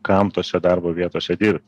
kam tose darbo vietose dirbt